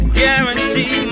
guarantee